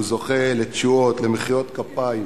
הוא זוכה לתשואות, למחיאות כפיים